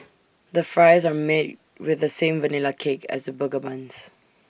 the fries are made with the same Vanilla cake as the burger buns